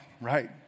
right